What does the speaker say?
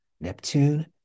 Neptune